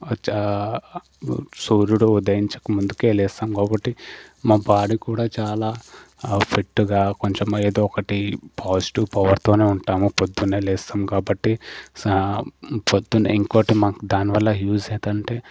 వచ్చా సూర్యుడు ఉదయించకముందు లేస్తాం కాబట్టి మా బాడీ కూడా చాలా ఫిట్గా కొంచం ఎదో ఒకటి పాజిటివ్ పవర్తోనే ఉంటాము పొద్దునే లేస్తాం కాబట్టి పొద్దునే ఇంకోటి మాకు దాని వల్ల యూస్ ఏటంటే